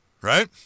right